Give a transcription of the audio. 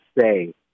say